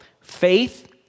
faith